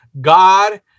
God